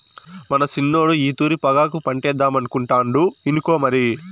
మన సిన్నోడు ఈ తూరి పొగాకు పంటేద్దామనుకుంటాండు ఇనుకో మరి